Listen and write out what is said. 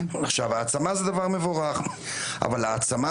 העצמה זה דבר מבורך, אבל העצמה